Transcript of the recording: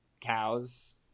cows